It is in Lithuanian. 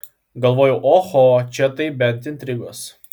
galvojau oho čia tai bent intrigos